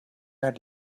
had